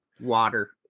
water